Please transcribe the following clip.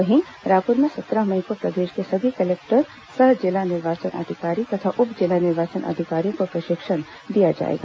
वहीं रायपुर में सत्रह मई को प्रदेश के सभी कलेक्टर सह जिला निर्वाचन अधिकारी तथा उप जिला निर्वाचन अधिकारियों को प्रशिक्षण दिया जाएगा